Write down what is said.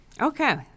Okay